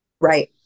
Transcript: Right